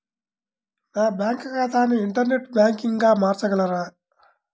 నా బ్యాంక్ ఖాతాని ఇంటర్నెట్ బ్యాంకింగ్గా మార్చగలరా?